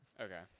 Okay